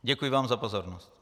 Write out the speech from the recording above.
Děkuji vám za pozornost.